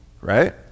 Right